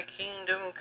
kingdom